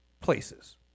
places